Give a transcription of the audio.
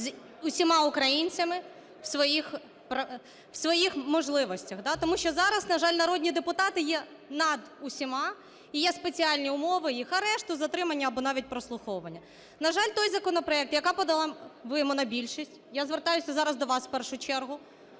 з усіма українцями в своїх можливостях. Тому що зараз, на жаль, народні депутати є над усіма, і є спеціальні умови їх арешту, затримання або навіть прослуховування. На жаль, той законопроект, який подала монобільшість, я звертаюсь зараз до вас в першу чергу,